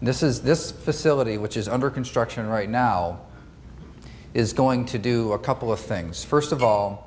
and this is this facility which is under construction right now is going to do a couple of things first of all